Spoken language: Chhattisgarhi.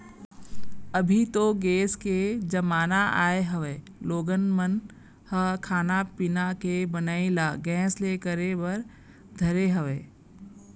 अभी तो गेस के जमाना आय हवय लोगन मन ह खाना पीना के बनई ल गेस ले करे बर धरे हवय